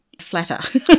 flatter